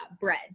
bread